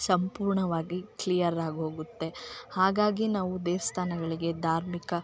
ಸಂಪೂರ್ಣವಾಗಿ ಕ್ಲಿಯರ್ ಆಗಿ ಹೋಗುತ್ತೆ ಹಾಗಾಗಿ ನಾವು ದೇವಸ್ಥಾನಗಳಿಗೆ ಧಾರ್ಮಿಕ